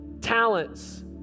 talents